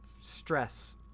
stress